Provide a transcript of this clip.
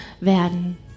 werden